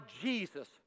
Jesus